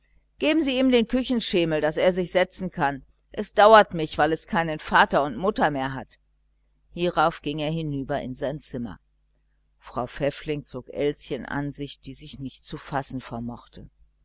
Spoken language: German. geben sie ihm den küchenschemel daß es sich setzen kann es dauert mich weil es keinen vater und keine mutter mehr hat hierauf ging er hinüber in sein zimmer frau pfäffling zog elschen an sich die sich nicht zu fassen vermochte